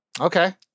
Okay